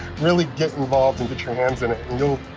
really get involved and get your hands in it,